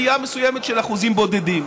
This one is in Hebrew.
עלייה מסוימת של אחוזים בודדים.